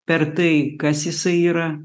per tai kas jisai yra